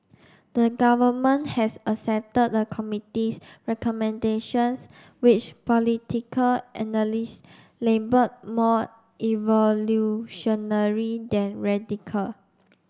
the Government has accepted the committee's recommendations which political analysts labelled more evolutionary than radical